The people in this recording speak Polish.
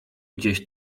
gdzieś